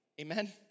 Amen